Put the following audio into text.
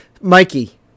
Mikey